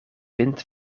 wind